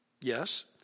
Yes